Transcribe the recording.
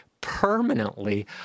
permanently